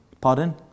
Pardon